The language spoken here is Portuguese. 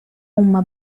uma